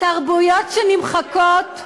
ותרבויות שנמחקות.